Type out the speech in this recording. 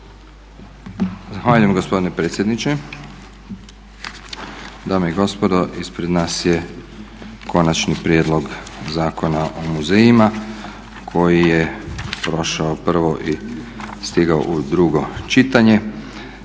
Zahvaljujem gospodine predsjedniče. Dame i gospodo, ispred nas je Konačni prijedlog zakona o muzejima koji je prošao prvo i stigao u drugo čitanje.